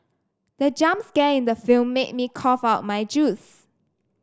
the jump scare in the film made me cough out my juice